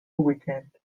weekend